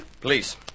Please